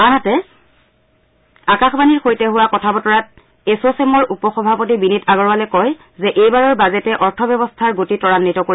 আনহাতে আকাশবাণীৰ সৈতে হোৱা কথা বতৰাত এছ'চেমৰ উপ সভাপতি বিনীত আগৰৱালে কয় যে এইবাৰৰ বাজেটে অৰ্থ ব্যৱস্থাৰ গতি তৰায়িত কৰিব